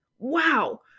wow